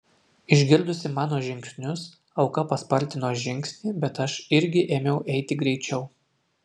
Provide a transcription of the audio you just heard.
išgirdusi mano žingsnius auka paspartino žingsnį bet aš irgi ėmiau eiti greičiau